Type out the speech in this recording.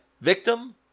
victim